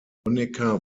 honecker